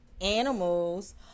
animals